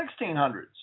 1600s